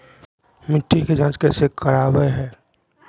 मिट्टी के जांच कैसे करावय है?